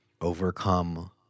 overcome